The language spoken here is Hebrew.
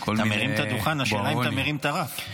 אתה מרים את הדוכן, השאלה היא אם אתה מרים את הרף.